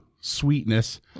sweetness